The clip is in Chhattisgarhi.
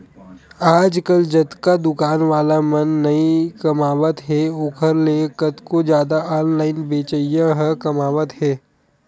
आजकल जतका दुकान वाला मन नइ कमावत हे ओखर ले कतको जादा ऑनलाइन बेचइया ह कमावत हें